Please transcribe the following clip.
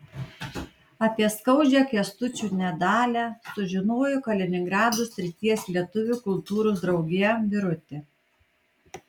apie skaudžią kęstučio nedalią sužinojo kaliningrado srities lietuvių kultūros draugija birutė